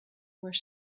where